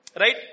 right